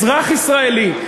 אזרח ישראלי,